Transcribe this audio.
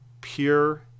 pure